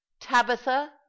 tabitha